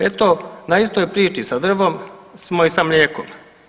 Eto na istoj priči sa drvom smo i sa mlijekom.